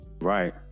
right